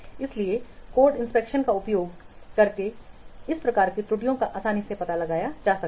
इसलिए कोड निरीक्षण का उपयोग करके इस प्रकार की त्रुटियों का आसानी से पता लगाया जा सकता है